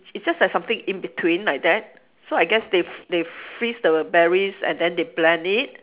it's just like something in between like that so I guess they fr~ they freeze the berries and then they blend it